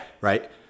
Right